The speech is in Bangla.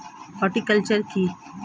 হর্টিকালচার কি?